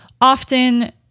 often